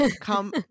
come